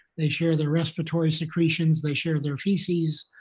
they share their respiratory secretions, they share their feces,